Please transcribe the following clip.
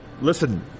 listen